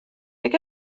beth